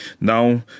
Now